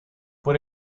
por